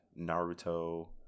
Naruto